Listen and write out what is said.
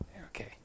Okay